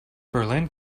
berlin